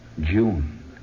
June